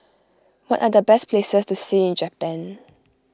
what are the best places to see in Japan